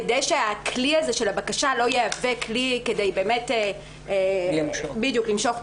כדי שהכלי הזה של הבקשה לא יהווה כלי למשוך את